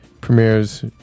premieres